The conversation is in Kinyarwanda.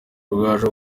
rugaju